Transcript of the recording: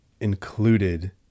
included